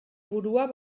burua